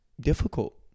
difficult